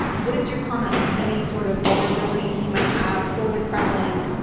what is your comment on any sort of vulnerability he might have for the kremlin,